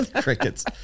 crickets